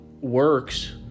works